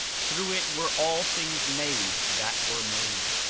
through it were all things made that were made.